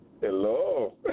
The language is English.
Hello